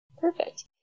Perfect